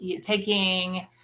taking